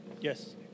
Yes